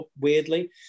weirdly